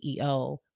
CEO